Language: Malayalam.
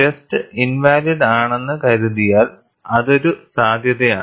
ടെസ്റ്റ് ഇൻവാലിഡ് ആണെന്നു കരുതിയാൽ അതൊരു സാധ്യതയാണ്